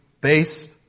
based